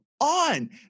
on